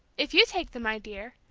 if you take them, my dear,